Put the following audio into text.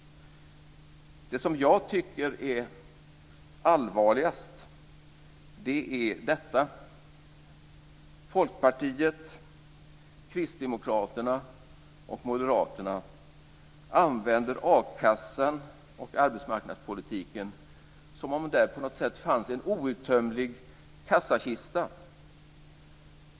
Det som jag tycker är allvarligast är detta: Folkpartiet, Kristdemokraterna och Moderaterna använder a-kassan och arbetsmarknadspolitiken som om det där på något sätt fanns en outtömlig kassakista.